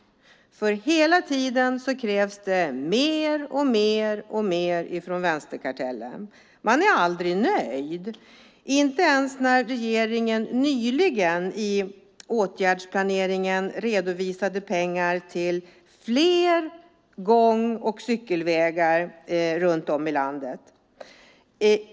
Hela tiden kräver man från vänsterkartellen mer och mer. Man är aldrig nöjd, inte ens när regeringen nyligen i åtgärdsplaneringen redovisade pengar till fler gång och cykelvägar runt om i landet.